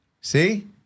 See